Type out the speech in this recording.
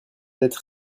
être